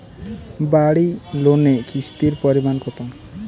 বাড়ি লোনে কিস্তির পরিমাণ কত?